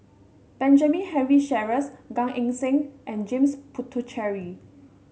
Benjamin Henry Sheares Gan Eng Seng and James Puthucheary